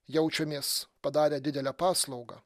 jaučiamės padarę didelę paslaugą